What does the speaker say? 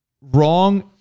wrong